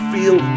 Feel